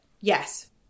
Yes